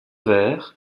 vert